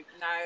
no